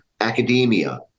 academia